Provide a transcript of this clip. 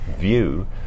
view